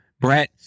Brett